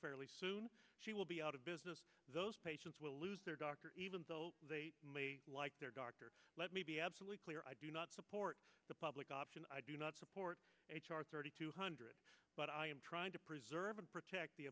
fairly soon she will be out of business those patients will lose their doctor even though they like their doctor let me be absolutely clear i do not support the public option i do not support thirty two hundred but i am trying to preserve and protect the